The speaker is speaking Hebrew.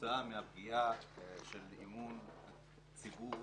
כתוצאה מהפגיעה באמון הציבור